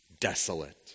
desolate